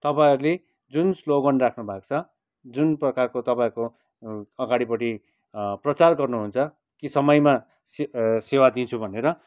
तपाईँहरूले जुन स्लोगन राख्नु भएको छ जुन प्रकारको तपाईँहरूको अगाडिपट्टि प्रचार गर्नु हुन्छ कि समयमा सेवा दिन्छु भनेर